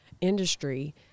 industry